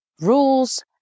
rules